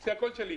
זה הקול שלי.